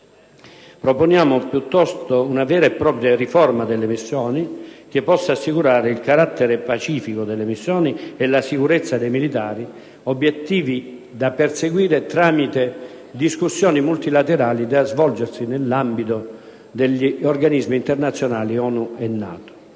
Proponiamo piuttosto una vera e propria riforma delle missioni, che possa assicurare il loro carattere pacifico e la sicurezza dei militari, obiettivi da perseguire tramite discussioni multilaterali da svolgersi nell'ambito degli organismi internazionali ONU e NATO.